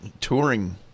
touring